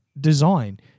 design